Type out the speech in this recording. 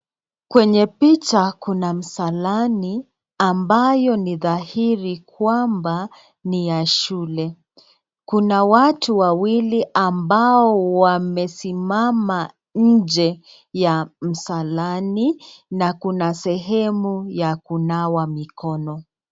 Kwenye picha kuna msalani, ambayo ni dhahiri kwamba ni ya shule. Kuna watu wawili ambao wamesimama nje ya msalani na kuna sehemu ya kunawa mikono.